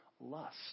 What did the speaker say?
lust